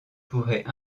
pourraient